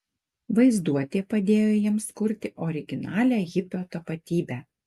vaizduotė padėjo jiems kurti originalią hipio tapatybę